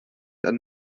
and